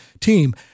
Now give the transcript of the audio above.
team